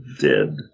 dead